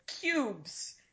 cubes